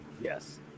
Yes